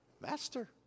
Master